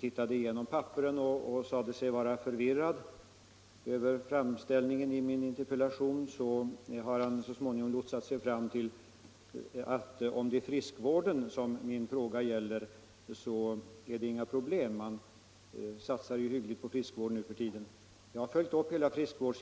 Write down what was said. tittade igenom sina papper — och sade sig vara förvirrad över framställningen i min interpellation — kom han till slut fram till att om det är friskvården min interpellation gäller, så är det inget problem; man satsar nu för tiden hyggligt på friskvården.